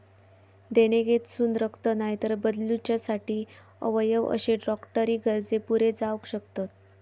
देणगेतसून रक्त, नायतर बदलूच्यासाठी अवयव अशे डॉक्टरी गरजे पुरे जावक शकतत